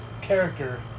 character